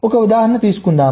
ఒక ఉదాహరణ తీసుకుందాం